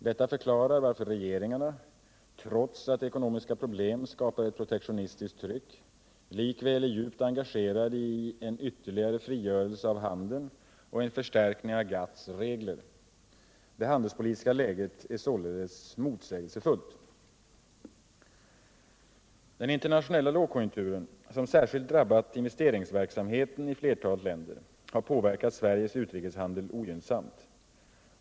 Detta förklarar varför regeringarna — trots att ekonomiska problem skapar ett protektionistiskt tryck —- likväl är djupt engagerade i en ytterligare frigörelse av handeln och en förstärkning av GATT:s regler. Det handelspolitiska läget är således motsägelsefullt. Den internationella lågkonjunkturen, som särskilt drabbat investeringsverksamheten i flertalet länder, har påverkat Sveriges utrikeshandel ogynnsamt.